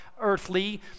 earthly